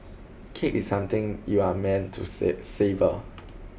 cake is something you are meant to savour